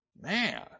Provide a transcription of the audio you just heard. man